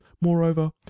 moreover